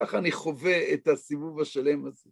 כך אני חווה את הסיבוב השלם הזה.